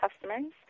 customers